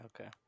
Okay